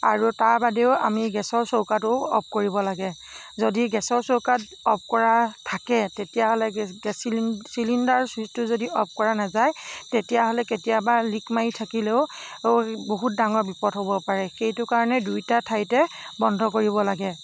আৰু তাৰবাদেও আমি গেছৰ চৌকাটো অফ কৰিব লাগে যদি গেছৰ চৌকাত অফ কৰা থাকে তেতিয়াহ'লে গেছ চিলিণ্ডাৰ ছুইচটো যদি অফ কৰা নাযায় তেতিয়াহ'লে কেতিয়াবা লীক মাৰি থাকিলেও বহুত ডাঙৰ বিপদ হ'ব পাৰে সেইটো কাৰণে দুইটা ঠাইতে বন্ধ কৰিব লাগে